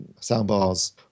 soundbars